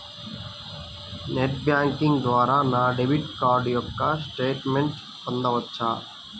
Net banking ద్వారా నా debit card యొక్క స్టేట్మెంట్ పొందవచ్చా?